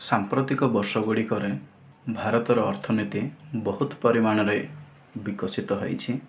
ସାମ୍ପ୍ରତିକ ବର୍ଷ ଗୁଡ଼ିକରେ ଭାରତର ଅର୍ଥନୀତି ବହୁତ ପରିମାଣରେ ବିକଶିତ ହୋଇଛି